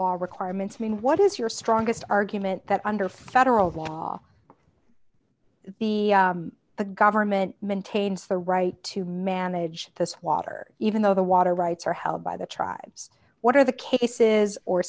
law requirements mean what is your strongest argument that under federal law the the government maintains the right to manage this water even though the water rights are held by the tribes what are the cases or